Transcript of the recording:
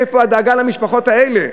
איפה הדאגה למשפחות האלה?